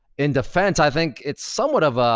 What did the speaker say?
in defense, i think it's somewhat of a,